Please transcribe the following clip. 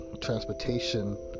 transportation